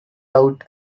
out